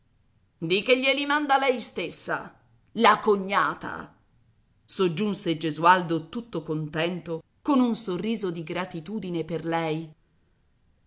di che glieli manda lei stessa la cognata soggiunse gesualdo tutto contento con un sorriso di gratitudine per lei